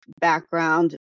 background